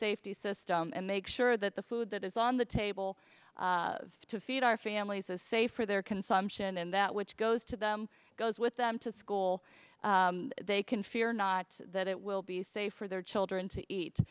safety system and make sure that the food that is on the table to feed our families is safe for their consumption and that which goes to them goes with them to school they can fear not that it will be safe for their children to eat